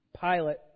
Pilate